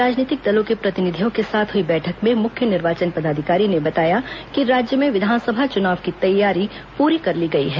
राजनीतिक दलों के प्रतिनिधियों के साथ हुई बैठक में मुख्य निर्वाचन पदाधिकारी ने बताया कि राज्य में विधानसभा चुनाव की तैयारी पूरी कर ली गई है